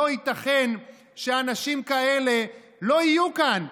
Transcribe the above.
לא ייתכן שאנשים כאלה לא יהיו כאן,